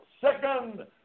second